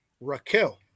Raquel